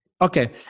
Okay